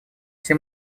все